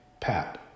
Pat